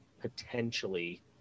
potentially